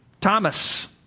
Thomas